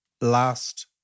last